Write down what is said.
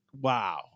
wow